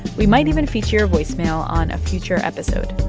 we might even feature your voicemail on a future episode.